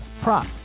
prop